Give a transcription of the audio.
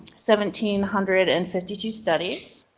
seventeen hundred and fifty two studies.